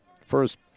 First